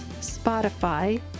Spotify